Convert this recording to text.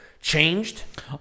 changed